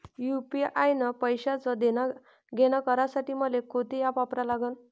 UPI न पैशाचं देणंघेणं करासाठी मले कोनते ॲप वापरा लागन?